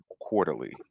quarterly